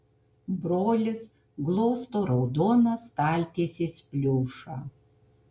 brolis glosto raudoną staltiesės pliušą